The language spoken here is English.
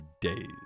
days